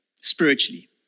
spiritually